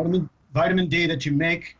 i mean vitamin d that you make